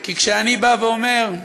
כי כשאני אומר: